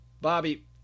Bobby